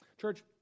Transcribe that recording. church